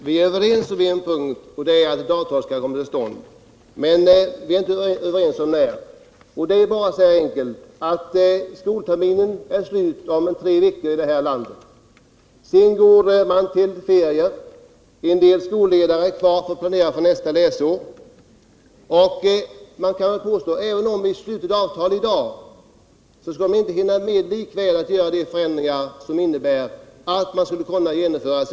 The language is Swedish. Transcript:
Herr talman! Vi är överens om en punkt, och det är att ett avtal skall komma till stånd, men vi är inte överens om när. Det är så här enkelt: Skolterminen är slut om tre veckor, sedan går man till ferier. En del skolledare är kvar för att planera för nästa läsår. Även om vi hade slutit ett avtal i dag skulle man likväl inte hinna med att göra de förändringar som innebär att SIA-reformen kan genomföras.